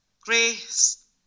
Grace